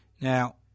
Now